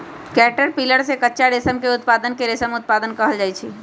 caterpillar से कच्चा रेशम के उत्पादन के रेशम उत्पादन कहल जाई छई